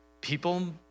People